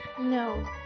No